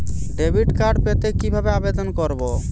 Debit card পেতে কি ভাবে আবেদন করব?